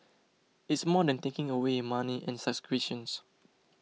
it's more than taking away money and subscriptions